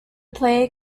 then